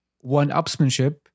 one-upsmanship